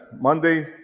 Monday